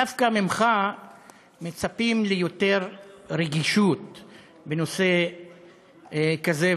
דווקא ממך מצפים ליותר רגישות בנושא כזה.